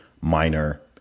minor